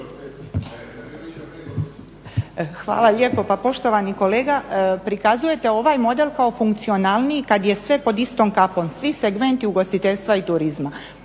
Hvala lijepa. Pa poštovani kolega prikazujete ovaj model kao funkcionalniji kad je sve pod istom kapom, svi segmenti ugostiteljstva i turizma